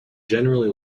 generally